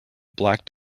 black